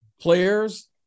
Players